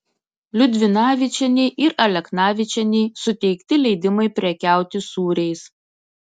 liudvinavičienei ir aleknavičienei suteikti leidimai prekiauti sūriais